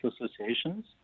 associations